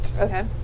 Okay